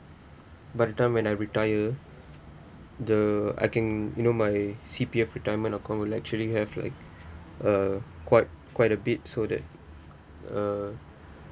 by the time when I retire the I can you know my C_P_F retirement account will actually have like uh quite quite a bit so that uh